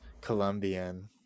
Colombian